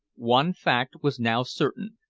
one fact was now certain,